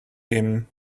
him